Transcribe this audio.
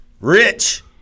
Rich